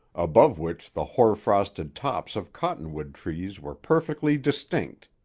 above which the hoar-frosted tops of cottonwood trees were perfectly distinct,